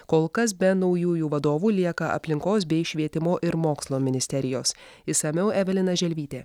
kol kas be naujųjų vadovų lieka aplinkos bei švietimo ir mokslo ministerijos išsamiau evelina želvytė